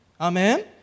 Amen